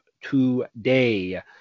today